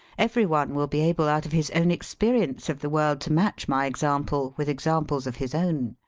every one will be able out of his own experience of the world to match my example with examples of his own.